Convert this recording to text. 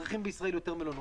צריכים בישראל יותר מלונות,